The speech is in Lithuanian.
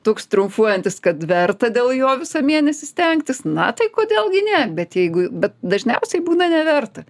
toks triumfuojantis kad verta dėl jo visą mėnesį stengtis na tai kodėl gi ne bet jeigu bet dažniausiai būna neverta